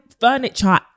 furniture